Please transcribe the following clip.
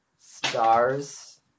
stars